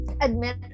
admit